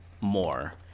more